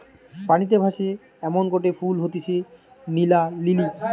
পানিতে ভাসে এমনগটে ফুল হতিছে নীলা লিলি